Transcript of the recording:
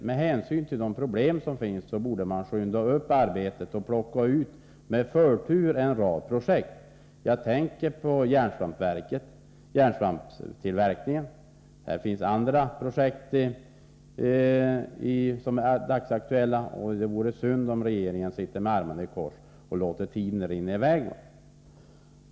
Med hänsyn till de problem som finns borde man skynda på arbetet och med förtur plocka ut en rad projekt. Jag tänker på järnsvamptillverkningen. Det finns även andra projekt som är dagsaktuella. Det vore då synd om regeringen bara sitter med armarna i kors och låter tiden rinna i väg.